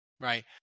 right